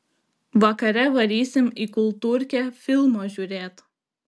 vakare varysim į kultūrkę filmo žiūrėt